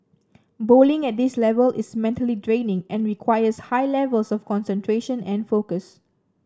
bowling at this level is mentally draining and requires high levels of concentration and focus